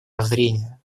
воззрения